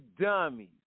dummies